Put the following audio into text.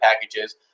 packages